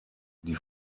die